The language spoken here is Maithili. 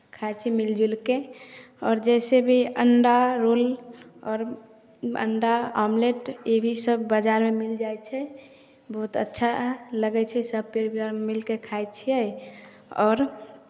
खाइ छी मिलि जुलि कऽ आओर जइसे भी अण्डा रोल आओर अण्डा आमलेट ये भी सभ बाजारमे मिल जाइ छै बहुत अच्छा लगै छै सभ परिवार मिलि कऽ खाइ छियै आओर